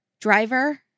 driver